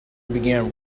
began